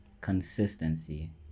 Consistency